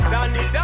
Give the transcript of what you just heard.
Danny